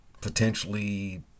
potentially